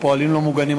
הפועלים לא מוגנים,